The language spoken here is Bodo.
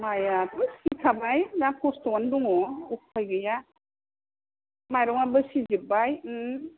माइयाबो थैखाबाय दा कस्त'यैनो दङ उपाय गैया माइरंआबो सिजोबबाय